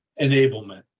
enablement